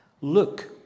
Look